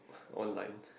online